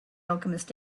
alchemist